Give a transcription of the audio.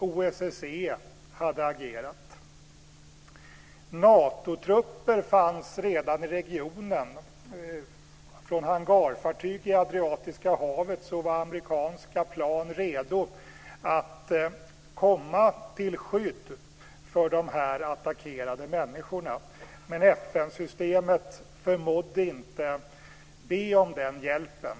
OSSE hade agerat. Natotrupper fanns redan i regionen. Från hangarfartyg i Adriatiska havet var amerikanska plan redo att komma till skydd för de attackerade människorna, men FN-systemet förmådde inte be om den hjälpen.